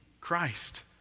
Christ